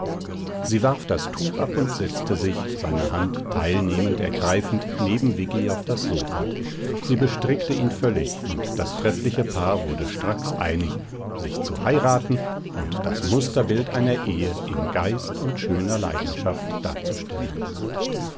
sie warf das tuch ab und setzte sich seine hand teilnehmend ergreifend neben viggi auf das sofa sie bestrickte ihn völlig und das treffliche paar wurde stracks einig sich zu heiraten und das musterbild einer ehe im geist und schöner leidenschaft darzustellen